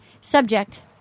Subject